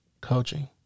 Coaching